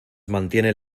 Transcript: mantienen